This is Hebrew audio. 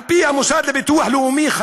על-פי המוסד לביטוח לאומי,